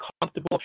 comfortable